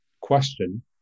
question